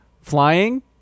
Flying